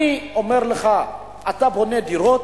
אני אומר לך, אתה בונה דירות,